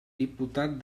diputat